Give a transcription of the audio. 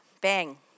Bang